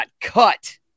cut